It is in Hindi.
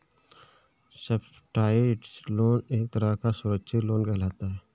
सब्सिडाइज्ड लोन एक तरह का सुरक्षित लोन कहलाता है